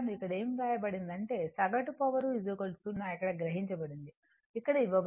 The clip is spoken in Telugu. ఇక్కడ ఏమి వ్రాయబడిందంటే సగటు పవర్ 0 ఇక్కడ గ్రహించబడినది ఇక్కడ ఇవ్వబడింది